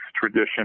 tradition